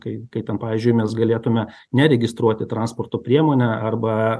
kai kaip ten pavyzdžiui mes galėtume neregistruoti transporto priemonę arba